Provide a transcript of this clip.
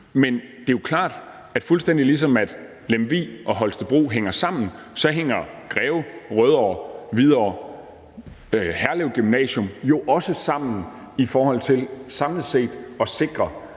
Men det er jo klart, at fuldstændig ligesom Lemvig og Holstebro hænger sammen, hænger Greve, Rødovre, Hvidovre og Herlev Gymnasium jo også sammen i forhold til samlet set at sikre,